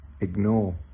ignore